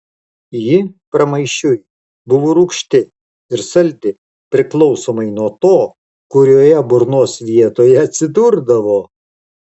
ji pramaišiui buvo rūgšti ir saldi priklausomai nuo to kurioje burnos vietoje atsidurdavo